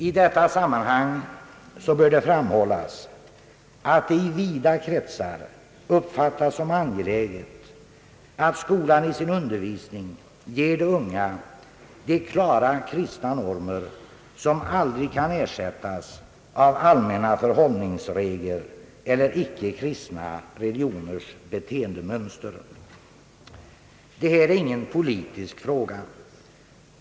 I detta sammanhang bör det framhållas att det i vida kretsar uppfattas som angeläget, att skolan i sin undervisning ger de unga de klara kristna normer, som aldrig kan ersättas av allmänna förhållningsregler eller icke-kristna religioners beteendemönster. Detta är ingen politisk fråga.